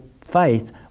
faith